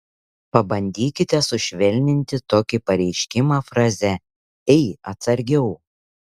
pabandykite sušvelninti tokį pareiškimą fraze ei atsargiau